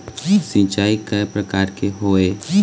सिचाई कय प्रकार के होये?